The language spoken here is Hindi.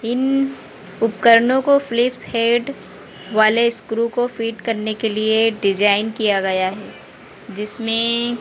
इन उपकरणों को फ़्लिप्स हेड वाले स्क्रू को फ़िट करने के लिए डिज़ाइन किया गया है जिसमें